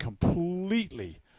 completely